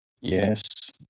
yes